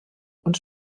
und